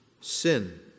sin